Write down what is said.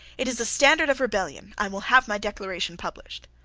it is a standard of rebellion. i will have my declaration published.